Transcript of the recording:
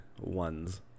ones